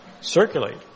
circulate